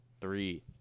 three